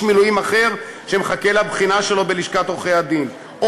מילואים אחר שמחכה לבחינה שלו בלשכת עורכי-הדין או